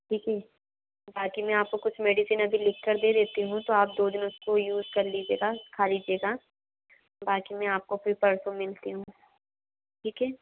ठीक है बाक़ी मैं आपको कुछ मेडिसिन अभी लिख कर दे देती हूँ तो आप दो दिन उसको यूज़ कर लीजिएगा खा लीजिएगा बाक़ी मैं आपको फिर परसों मिलती हूँ ठीक है